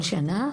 כל שנה,